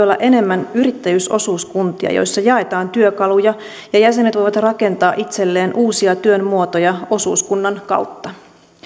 olla enemmän yrittäjyysosuuskuntia joissa jaetaan työkaluja ja jäsenet voivat rakentaa itselleen uusia työn muotoja osuuskunnan kautta